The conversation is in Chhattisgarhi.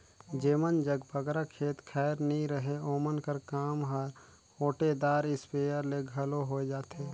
जेमन जग बगरा खेत खाएर नी रहें ओमन कर काम हर ओटेदार इस्पेयर ले घलो होए जाथे